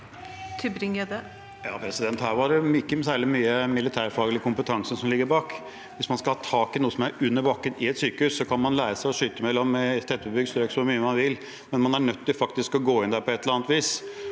Her lå det ikke særlig mye militærfaglig kompetanse bak. Hvis man skal ha tak i noe som helst under bakken i et sykehus, kan man lære seg å skyte i tettbebygd strøk så mye man vil, men man er nødt til faktisk å gå inn der på et eller annet vis.